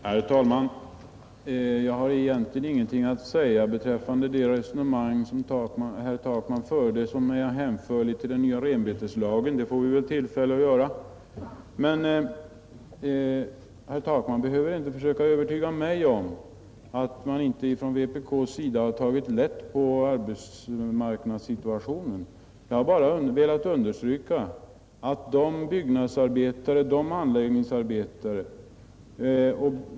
Herr talman! Jag har egentligen ingenting att säga beträffande det resonemang som herr Takman förde om den nya renbeteslagen. Det får vi väl tillfälle att ta upp när den frågan skall behandlas i riksdagen. Men herr Takman behöver inte försöka övertyga mig om att man inom vpk inte har tagit lätt på arbetsmarknadssituationen, det har debatten klart visat att ni gör. Jag har här velat framhålla byggnadsarbetarnas och anläggningsarbetarnas förmodade reaktion inför ett avslag på Ritsem.